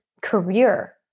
career